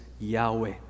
Yahweh